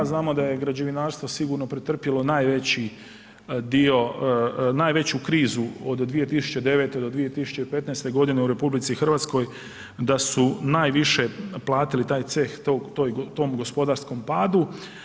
Znamo da je građevinarstvo sigurno pretrpjelo najveći dio, najveću krizu od 2009. do 2015. godine u RH, da su najviše platili taj ceh tom gospodarskom padu.